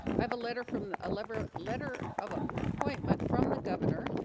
i have a letter from a lever letter of ah appointment from the governor